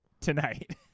tonight